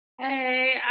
Hey